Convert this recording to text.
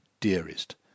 dearest